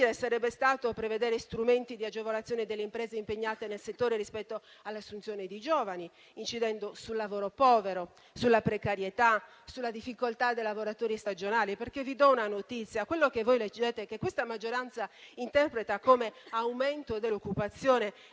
sarebbe stato prevedere strumenti di agevolazione delle imprese impegnate nel settore rispetto all'assunzione di giovani, incidendo sul lavoro povero, sulla precarietà, sulla difficoltà dei lavoratori stagionali, perché vi do una notizia: quello che questa maggioranza interpreta come aumento dell'occupazione